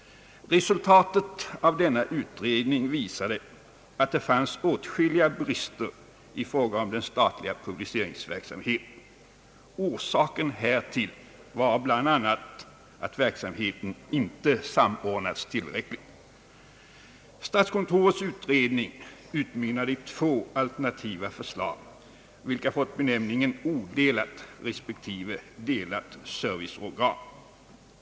Resultatet av denna utredning visade att det fanns åtskiliga brister i fråga om den statliga publiceringsverksamheten. Orsaken härtill var bl.a. att verksamheten inte tillräckligt samordnats. i två alternativa förslag, vilka fått benämningen »odelat» respektive »delat» serviceorgan.